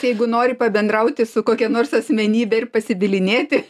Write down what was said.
jeigu nori pabendrauti su kokia nors asmenybe ir pasibylinėti